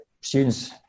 students